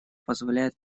позволяет